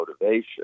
motivation